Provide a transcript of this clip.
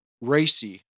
racy